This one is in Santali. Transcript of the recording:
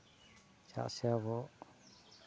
ᱪᱮᱫᱟᱥᱮ ᱟᱵᱚ